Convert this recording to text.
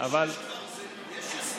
יש הסבר.